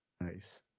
nice